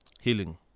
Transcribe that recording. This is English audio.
healing